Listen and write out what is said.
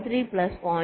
3 plus 0